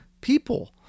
people